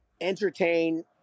entertain